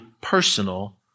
personal